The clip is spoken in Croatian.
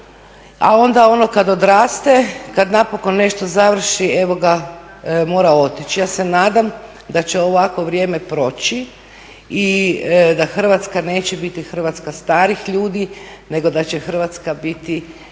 a onda ono kad odraste, kad napokon nešto završi evo ga mora otići. Ja se nadam da će ovakvo vrijeme proći i da Hrvatska neće biti Hrvatska starih ljudi nego da će Hrvatska biti